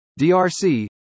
DRC